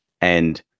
and-